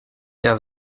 der